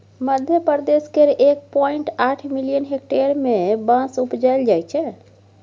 मध्यप्रदेश केर एक पॉइंट आठ मिलियन हेक्टेयर मे बाँस उपजाएल जाइ छै